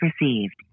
received